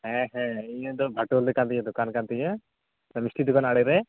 ᱦᱮᱸ ᱦᱮᱸ ᱤᱧᱟᱹᱜ ᱫᱚ ᱫᱚᱠᱟᱱ ᱠᱟᱱ ᱛᱤᱧᱟᱹ ᱢᱤᱥᱴᱤ ᱫᱚᱠᱟᱱ ᱟᱲᱮ ᱨᱮ